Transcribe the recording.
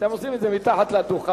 אתם עושים את זה מתחת לדוכן,